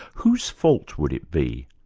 whose fault would it be?